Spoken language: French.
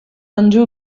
andrew